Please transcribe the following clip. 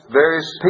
various